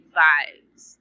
vibes